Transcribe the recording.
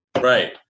Right